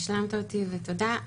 השלמת אותי, ותודה.